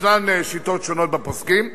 ישנן שיטות שונות בפוסקים,